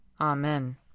Amen